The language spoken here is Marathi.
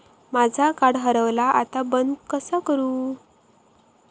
माझा कार्ड हरवला आता बंद कसा करू?